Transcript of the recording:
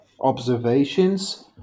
observations